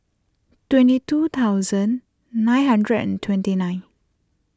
twenty two thousand nine hundred and twenty nine